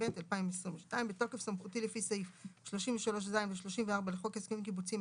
התשפ"ב-2022 בתוקף סמכותי לפי סעיף 33ז ו-34 לחוק הסכמים קיבוציים,